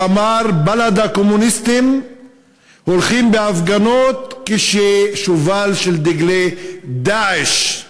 הוא אמר: בל"ד הקומוניסטים הולכים בהפגנות כששובל של דגלי "דאעש"